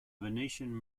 venetian